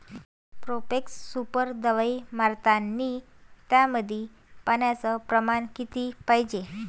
Profex Super दवाई मारतानी त्यामंदी पान्याचं प्रमाण किती पायजे?